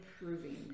improving